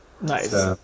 Nice